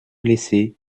blessé